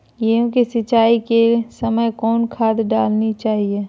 गेंहू के सिंचाई के समय कौन खाद डालनी चाइये?